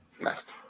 Next